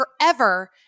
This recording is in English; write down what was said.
forever